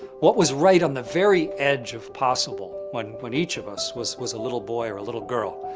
what was right on the very edge of possible when when each of us was was a little boy or a little girl?